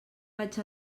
vaig